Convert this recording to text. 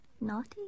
Naughty